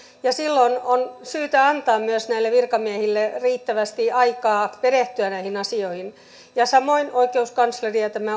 ja silloin on syytä antaa myös näille virkamiehille riittävästi aikaa perehtyä näihin asioihin ja samoin oikeuskansleri ja ja